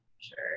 sure